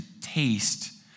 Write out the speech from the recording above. taste